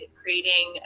creating